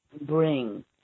bring